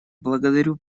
благодарю